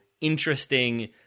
interesting